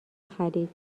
خرید